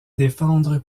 défendre